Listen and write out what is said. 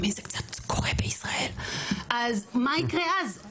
מה יקרה אז?